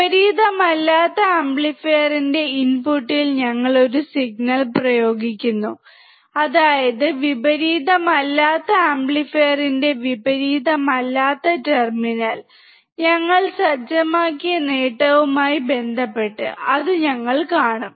വിപരീതമല്ലാത്ത ആംപ്ലിഫയറിന്റെ ഇൻപുട്ടിൽ ഞങ്ങൾ ഒരു സിഗ്നൽ പ്രയോഗിക്കുന്നു അതായത് വിപരീതമല്ലാത്ത ആംപ്ലിഫയറിന്റെ വിപരീതമല്ലാത്ത ടെർമിനൽ ഞങ്ങൾ സജ്ജമാക്കിയ നേട്ടവുമായി ബന്ധപ്പെട്ട ഔട്ട്പുട്ട് അത് ഞങ്ങൾ കാണും